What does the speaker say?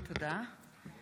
תודה.